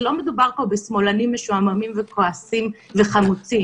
לא מדובר פה בשמאלנים משועממים וכועסים וחמוצים.